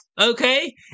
okay